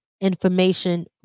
Information